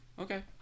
Okay